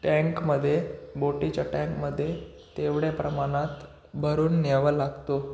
टँकमध्ये बोटीच्या टँकमध्ये तेवढ्या प्रमाणात भरून न्यावा लागतो